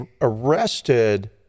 arrested